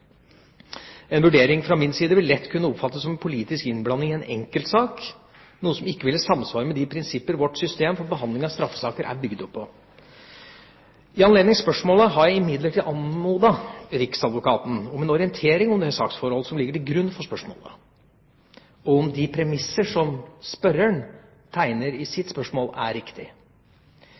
En vurdering fra min side vil lett kunne oppfattes som politisk innblanding i en enkeltsak – noe som ikke ville samsvare med de prinsipper vårt system for behandling av straffesaker er bygd opp på. I anledning spørsmålet har jeg imidlertid anmodet riksadvokaten om en orientering om det saksforhold som ligger til grunn for spørsmålet, om de premisser som spørreren tegner i sitt spørsmål, er